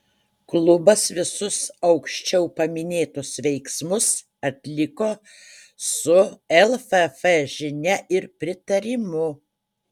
klubas visus aukščiau paminėtus veiksmus atliko su lff žinia ir pritarimu